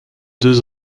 deux